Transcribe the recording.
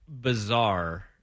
bizarre